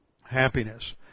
happiness